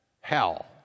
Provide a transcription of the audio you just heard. hell